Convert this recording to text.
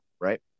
right